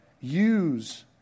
Use